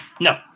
No